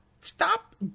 stop